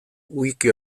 wiki